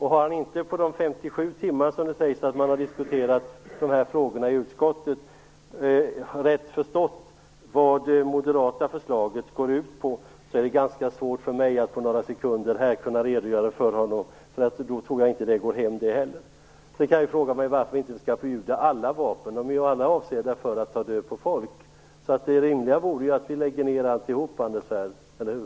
Har han inte på de 57 timmar som det sägs att man har diskuterat de här frågorna i utskottet rätt förstått vad det moderata förslaget går ut på, så är det ganska svårt för mig att på några sekunder här redogöra för det för honom. Jag tror inte att det går hem det heller. Sedan kan man ju fråga sig varför vi inte skall förbjuda alla vapen - de är ju alla avsedda att ta död på folk. Det rimliga vore ju att vi lägger ned alltihop, Anders Svärd, eller hur?